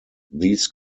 these